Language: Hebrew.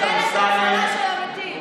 ממשלת ההכלה של המתים.